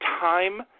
time